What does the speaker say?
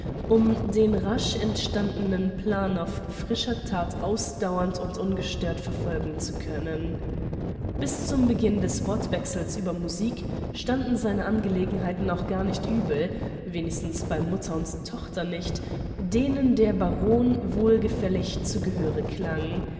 um den rasch entstandenen plan auf frischer that ausdauernd und ungestört verfolgen zu können bis zum beginn des wortwechsels über musik standen seine angelegenheiten auch gar nicht übel wenigstens bei mutter und tochter nicht denen der baron wohlgefällig zu gehöre klang